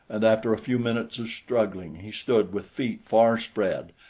and after a few minutes of struggling he stood with feet far spread,